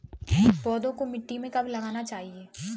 पौधों को मिट्टी में कब लगाना चाहिए?